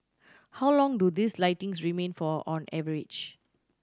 how long do these lighting's remain for on average